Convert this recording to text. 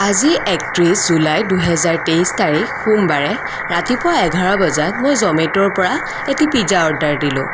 আজি একত্ৰিছ জুলাই দুহেজাৰ তেইছ তাৰিখ সোমবাৰে ৰাতিপুৰা এঘাৰ বজাত মই জ'মেট'ৰ পৰা এটি পিজ্জা অৰ্ডাৰ দিলোঁ